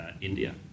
India